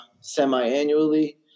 semi-annually